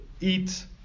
eat